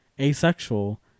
asexual